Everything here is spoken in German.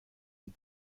die